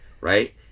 Right